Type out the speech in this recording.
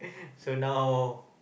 so now